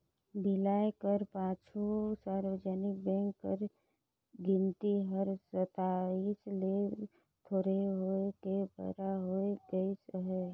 बिलाए कर पाछू सार्वजनिक बेंक कर गिनती हर सताइस ले थोरहें होय के बारा होय गइस अहे